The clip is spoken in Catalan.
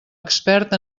expert